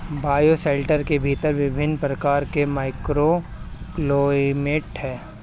bioshelter के भीतर विभिन्न प्रकार के माइक्रोक्लाइमेट हैं